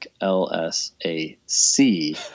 L-S-A-C